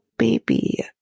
Baby